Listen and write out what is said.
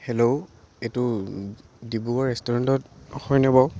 hello এইটো ডিব্ৰুগড় ৰেষ্টুৰেণ্টত হয় নে বাৰু